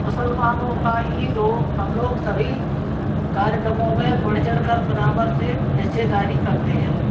मुसलमानों का ईद हो हम लोग सभी कार्यक्रमों में बढ़ चढ़ कर बराबर से हिस्सेदारी करते हैं